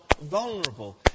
vulnerable